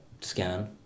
scan